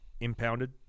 impounded